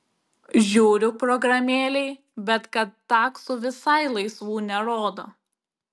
žiūriu programėlėj bet kad taksų visai laisvų nerodo